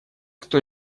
кто